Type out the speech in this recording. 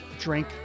Drink